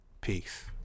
Peace